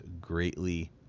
greatly